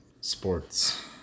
sports